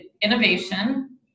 Innovation